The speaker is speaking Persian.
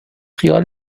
خیال